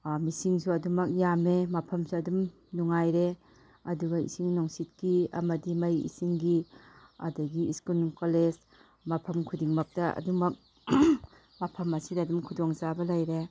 ꯃꯤꯁꯤꯡꯁꯨ ꯑꯗꯨꯃꯛ ꯌꯥꯝꯃꯦ ꯃꯐꯝꯁꯨ ꯑꯗꯨꯝ ꯅꯨꯡꯉꯥꯏꯔꯦ ꯑꯗꯨꯒ ꯏꯁꯤꯡ ꯅꯨꯡꯁꯤꯠꯀꯤ ꯑꯃꯗꯤ ꯃꯩ ꯏꯁꯤꯡꯒꯤ ꯑꯗꯒꯤ ꯁ꯭ꯀꯨꯜ ꯀꯣꯂꯦꯖ ꯃꯐꯝ ꯈꯨꯗꯤꯡꯃꯛꯇ ꯑꯗꯨꯝꯃꯛ ꯃꯐꯝ ꯑꯁꯤꯗ ꯑꯗꯨꯝ ꯈꯨꯗꯣꯡ ꯆꯥꯕ ꯂꯩꯔꯦ